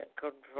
control